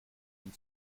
and